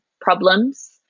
problems